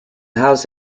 house